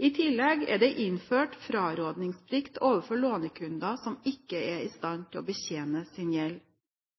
I tillegg er det innført frarådningsplikt overfor lånekunder som ikke er i stand til å betjene sin gjeld.